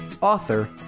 author